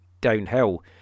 downhill